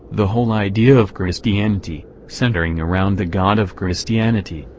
the whole idea of christianity, centering around the god of christianity,